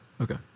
okay